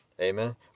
Amen